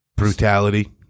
Brutality